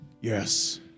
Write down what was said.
Yes